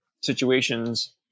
situations